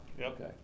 Okay